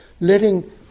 letting